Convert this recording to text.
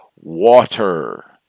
water